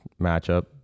matchup